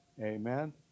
Amen